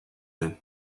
then